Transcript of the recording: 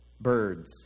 Birds